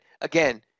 again –